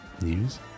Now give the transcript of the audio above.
news